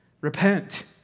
Repent